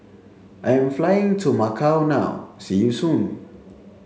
I am flying to Macau now see you soon